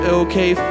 okay